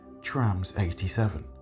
Trams87